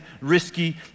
risky